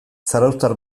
zarauztar